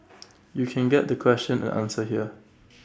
you can get the question and answer here